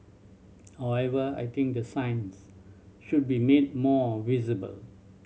however I think the signs should be made more visible